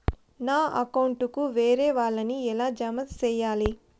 నా అకౌంట్ కు వేరే వాళ్ళ ని ఎలా జామ సేయాలి?